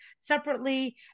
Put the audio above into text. separately